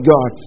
God